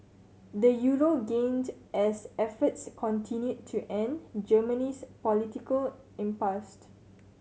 the euro gained as efforts continued to end Germany's political impasse